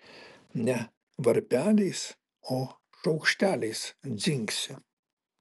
ne varpeliais o šaukšteliais dzingsi